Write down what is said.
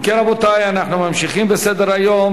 אם כן, רבותי, אנחנו ממשיכים בסדר-היום.